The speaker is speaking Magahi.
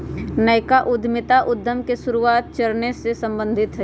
नयका उद्यमिता उद्यम के शुरुआते चरण से सम्बंधित हइ